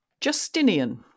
Justinian